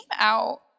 out